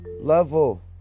level